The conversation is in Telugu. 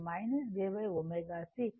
ఇది j ω C